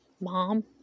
mom